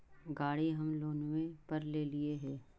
गाड़ी हम लोनवे पर लेलिऐ हे?